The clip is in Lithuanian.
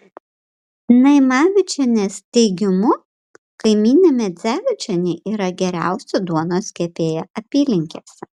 naimavičienės teigimu kaimynė medzevičienė yra geriausia duonos kepėja apylinkėse